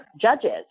judges